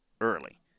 early